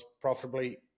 profitably